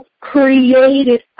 created